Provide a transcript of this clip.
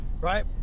right